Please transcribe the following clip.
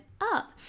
up